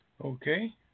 Okay